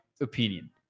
opinion